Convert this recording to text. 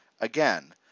again